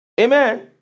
Amen